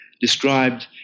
described